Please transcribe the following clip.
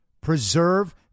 preserve